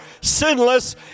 sinless